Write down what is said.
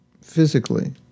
physically